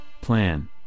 plan